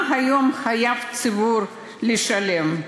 מה היום חייב הציבור לשלם.